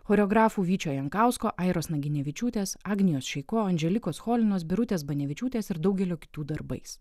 choreografų vyčio jankausko airos naginevičiūtės agnės šeiko andželikos cholinos birutės banevičiūtės ir daugelio kitų darbais